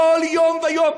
כל יום ויום,